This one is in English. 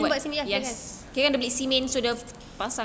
cement buat sendiri kirakan